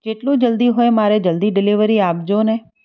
જેટલું જલ્દી હોય મારે જલ્દી ડિલિવરી આપજોને